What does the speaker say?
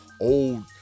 old